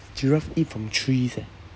giraffe eat from trees eh